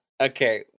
Okay